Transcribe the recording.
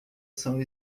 são